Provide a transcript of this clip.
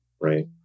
Right